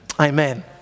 Amen